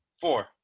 Four